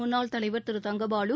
முன்னாள் தலைவர் திரு தங்கபாலு